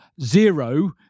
zero